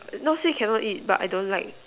not say cannot eat but I don't like